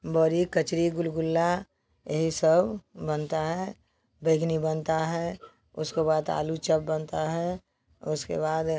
बड़ी कचरी गुलगुला यही सब बनता है बैंगनी बनती है उसके बाद आलू चॉप बनता है उसके बाद